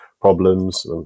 problems